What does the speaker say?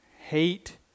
Hate